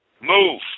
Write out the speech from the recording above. Move